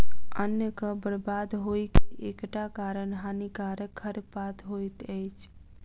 अन्नक बर्बाद होइ के एकटा कारण हानिकारक खरपात होइत अछि